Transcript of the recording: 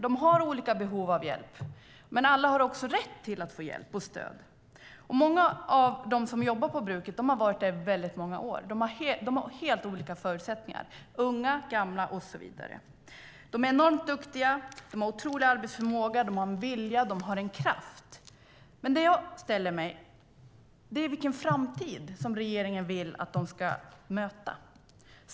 De har olika behov av hjälp, men alla har rätt att få hjälp och stöd. Många av dem som jobbar på bruket har varit där i många år, och de har helt olika förutsättningar - unga, gamla och så vidare. De är enormt duktiga, de har otrolig arbetsförmåga, de har en vilja och de har en kraft. Det jag frågar mig är vilken framtid som regeringen vill att de ska möta.